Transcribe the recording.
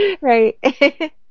Right